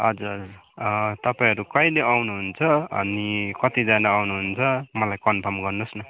हजुर तपाईँहरू कहिले आउनु हुन्छ अनि कतिजना आउनु हुन्छ मलाई कन्फर्म गर्नु होस् न